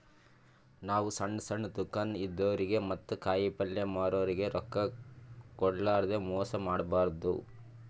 ನಾವ್ ಸಣ್ಣ್ ಸಣ್ಣ್ ದುಕಾನ್ ಇದ್ದೋರಿಗ ಮತ್ತ್ ಕಾಯಿಪಲ್ಯ ಮಾರೋರಿಗ್ ರೊಕ್ಕ ಕೋಡ್ಲಾರ್ದೆ ಮೋಸ್ ಮಾಡಬಾರ್ದ್